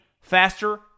faster